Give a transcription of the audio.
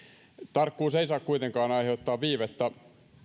tarkkuus ei saa kuitenkaan aiheuttaa viivettä